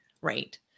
right